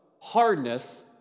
Hardness